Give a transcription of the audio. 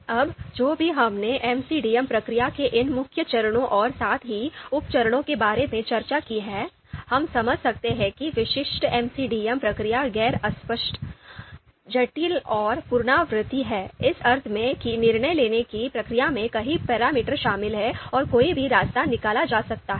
अब जो भी हमने एमसीडीएम प्रक्रिया के इन मुख्य चरणों और साथ ही उप चरणों के बारे में चर्चा की है हम समझ सकते हैं कि विशिष्ट एमसीडीएम प्रक्रिया गैर अस्पष्ट जटिल और पुनरावृत्ति है इस अर्थ में कि निर्णय लेने की प्रक्रिया में कई पैरामीटर शामिल हैं और कोई भी रास्ता निकाला जा सकता है